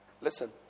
Listen